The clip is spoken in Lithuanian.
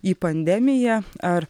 į pandemiją ar